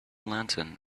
lantern